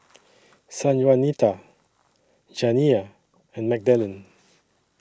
Sanjuanita Janiyah and Magdalen